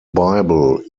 bible